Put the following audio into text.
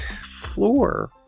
floor